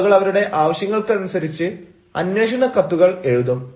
ആളുകൾ അവരുടെ ആവശ്യങ്ങൾക്കനുസരിച്ച് അന്വേഷണ കത്തുകൾ എഴുതും